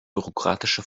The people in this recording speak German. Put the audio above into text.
bürokratische